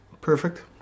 perfect